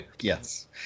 Yes